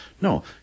No